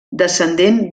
descendent